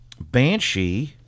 Banshee